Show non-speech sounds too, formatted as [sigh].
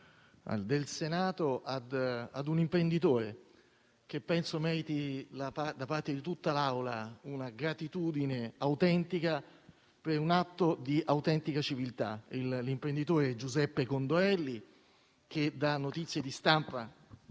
in Senato ad un imprenditore che penso meriti da parte di tutta l'Assemblea una gratitudine autentica per un atto di autentica civiltà. L'imprenditore è Giuseppe Condorelli. [applause] Da notizie di stampa